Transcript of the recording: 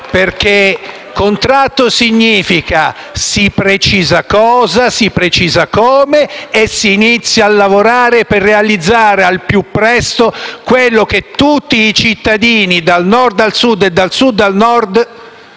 Contratto significa che si precisa cosa e come e si inizia a lavorare per realizzare al più presto quello che tutti i cittadini, dal Nord al Sud e dal Sud al Nord,